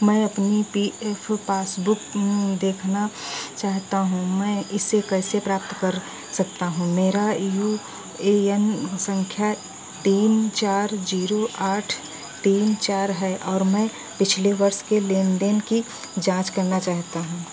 मैं अपनी P F passbook देखना चाहता हूँ मैं इसे कैसे प्राप्त कर सकता हूँ मेरा यू ए एन सँख्या तीन चार ज़ीरो आठ तीन चार है और मैं पिछले वर्ष के लेनदेन की जाँच करना चाहता हूँ